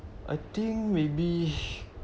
I think maybe